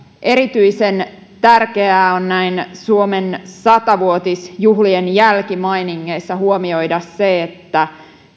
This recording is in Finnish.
erityisen tärkeää on näin suomen sata vuotisjuhlien jälkimainingeissa huomioida se että